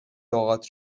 لغات